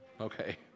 Okay